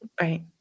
Right